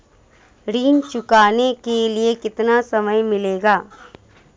ऋण चुकाने के लिए कितना समय मिलेगा?